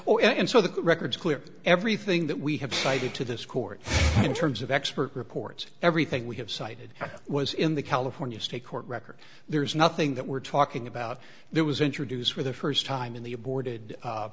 no and so the record clear everything that we have cited to this court in terms of expert reports everything we have cited was in the california state court record there's nothing that we're talking about there was introduced for the st time in the aborted